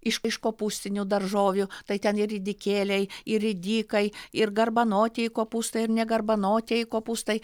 iš iš kopūstinių daržovių tai ten ir ridikėliai ir ridikai ir garbanotieji kopūstai ir ne garbanotieji kopūstai